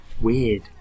weird